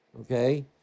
okay